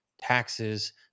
taxes